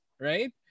right